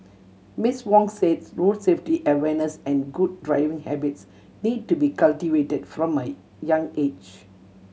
Miss Wong says road safety awareness and good driving habits need to be cultivated from a young age